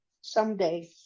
someday